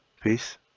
Peace